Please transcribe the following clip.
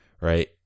Right